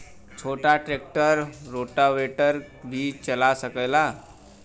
छोटा tractor rotavator भी चला सकेला?